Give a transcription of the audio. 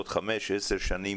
עוד 5-10 שנים,